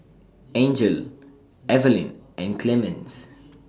Angel Evaline and Clemens